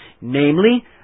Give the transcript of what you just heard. namely